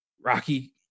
Rocky